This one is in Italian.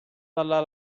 dalla